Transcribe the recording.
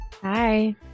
hi